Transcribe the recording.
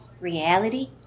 reality